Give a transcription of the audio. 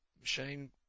machine